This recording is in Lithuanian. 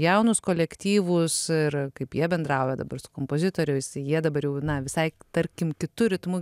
jaunus kolektyvus ir kaip jie bendrauja dabar su kompozitoriais jie dabar jau na visai tarkim kitu ritmu